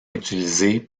utilisé